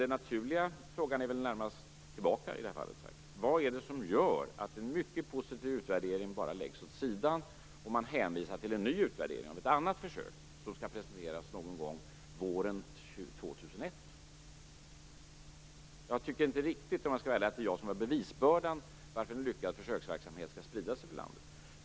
Den naturliga frågan i det här fallet får jag väl rikta tillbaka: Vad är det som gör att en mycket positiv utvärdering bara läggs åt sidan medan man hänvisar till en ny utvärdering av ett annat försök som skall presenteras någon gång våren 2001? Jag tycker inte riktigt, om jag skall vara ärlig, att det är jag som har bevisbördan för varför en lyckad försöksverksamhet skall spridas över landet.